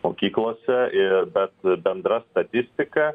mokyklose ir bet bendra statistika